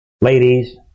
ladies